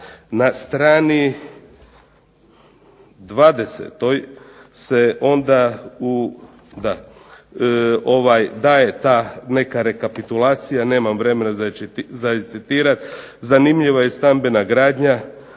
Na str. 20. se onda daje ta neka rekapitulacija, nemam vremena za citirati, zanimljiva je i stambena gradnja.